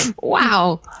wow